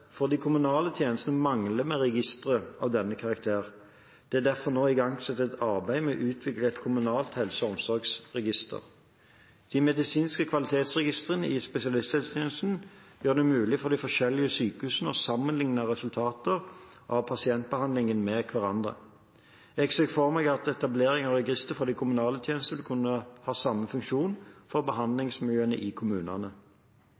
For de kommunale tjenestene mangler vi registre av denne karakter. Det er derfor igangsatt et arbeid med å utvikle et kommunalt helse- og omsorgsregister. De medisinske kvalitetsregistrene i spesialisthelsetjenesten gjør det mulig for de forskjellige sykehusene å sammenlikne sine resultater av pasientbehandlinger med hverandre. Jeg ser for meg at etablering av registre for de kommunale tjenester vil kunne ha samme funksjon for